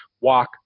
walk